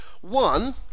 one